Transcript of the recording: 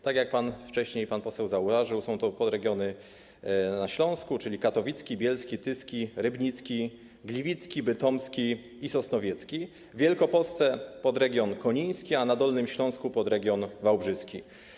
Tak jak wcześniej pan poseł zauważył, są to podregiony: na Śląsku - katowicki, bielski, tyski, rybnicki, gliwicki, bytomski i sosnowiecki, w Wielkopolsce - podregion koniński, a na Dolnym Śląsku - podregion wałbrzyski.